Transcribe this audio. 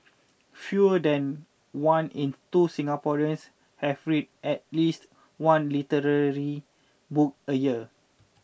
fewer than one in two Singaporeans have read at least one literary book a year